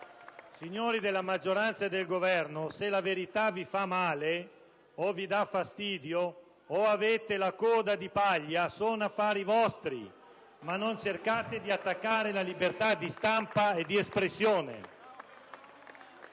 Signori della maggioranza e del Governo, se la verità vi fa male o vi dà fastidio, oppure se avete la coda di paglia, sono affari vostri, ma non cercate di attaccare la libertà di stampa e di espressione.